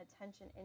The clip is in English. attention